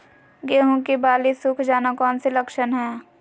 गेंहू की बाली सुख जाना कौन सी लक्षण है?